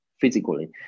physically